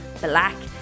black